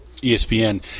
ESPN